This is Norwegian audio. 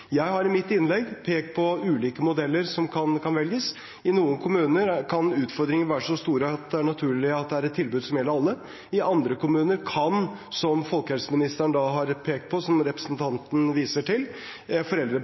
Jeg har i mitt innlegg pekt på ulike modeller som kan velges. I noen kommuner kan utfordringene være så store at det er naturlig at det er et tilbud som gjelder alle. I andre kommuner kan – som folkehelseministeren har pekt på, som representanten viser til